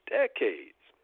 decades